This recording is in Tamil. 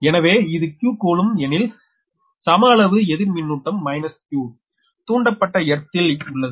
எனவே இது q கூலூம்ப் எனில் சம அளவு எதிர் மின்னூட்டம் மைனஸ் q தூண்டப்பட்ட எர்த் இல் உள்ளது